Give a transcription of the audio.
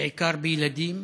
בעיקר בילדים,